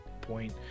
point